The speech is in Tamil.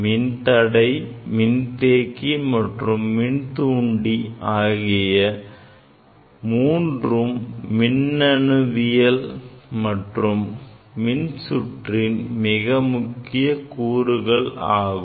மின்தடை மின்தேக்கி மற்றும் மின்தூண்டி ஆகிய மூன்றும் மின்னணுவியல் மற்றும் மின்சுற்றின் முக்கிய கூறுகளாகும்